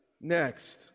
next